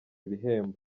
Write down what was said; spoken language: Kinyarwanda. ibihembo